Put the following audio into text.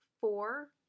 four